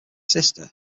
sister